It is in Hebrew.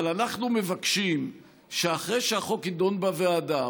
אבל אנחנו מבקשים שאחרי שהחוק יידון בוועדה,